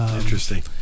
interesting